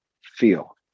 feel